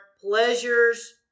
pleasures